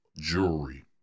Jewelry